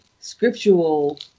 scriptural